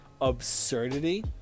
absurdity